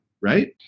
right